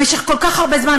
במשך כל כך הרבה זמן,